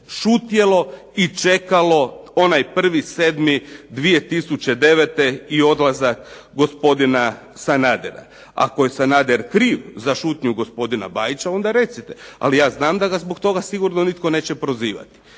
šutjelo i čekalo onaj 1.7.2009. i odlazak gospodina Sanadera. Ako je Sanader kriv za šutnju gospodina Bajića onda recite, ali ja znam da ga zbog toga sigurno nitko neće prozivati.